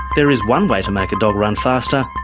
there is one way to make a dog run faster,